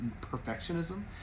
perfectionism